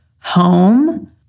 home